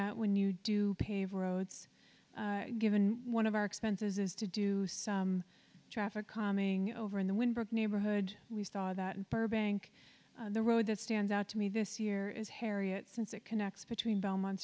at when you do pave roads given one of our expenses is to do some traffic coming over in the wynberg neighborhood we saw that in burbank the road that stands out to me this year is harriet since it connects between belmont